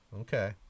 Okay